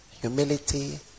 humility